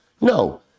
No